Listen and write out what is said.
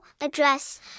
Address